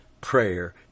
prayer